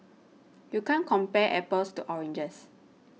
you can't compare apples to oranges